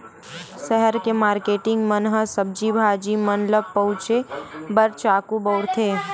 सहर के मारकेटिंग मन ह सब्जी भाजी मन ल पउले बर चाकू बउरथे